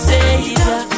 Savior